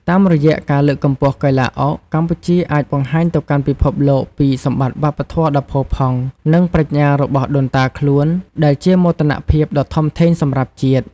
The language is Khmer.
តាមរយៈការលើកកម្ពស់កីឡាអុក កម្ពុជាអាចបង្ហាញទៅកាន់ពិភពលោកពីសម្បត្តិវប្បធម៌ដ៏ផូរផង់ និងប្រាជ្ញារបស់ដូនតាខ្លួន ដែលជាមោទនភាពដ៏ធំធេងសម្រាប់ជាតិ។